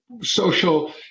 social